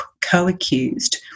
co-accused